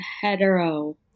hetero